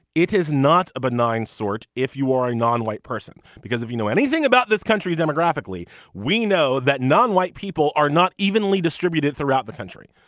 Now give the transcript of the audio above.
it is not a benign sort. if you are a non-white person because if you know anything about this country demographically we know that non-white people are not evenly distributed throughout the country.